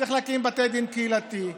צריך להקים בתי דין קהילתיים,